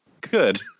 good